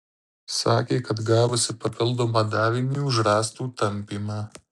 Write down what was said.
sakė kad gavusi papildomą davinį už rąstų tampymą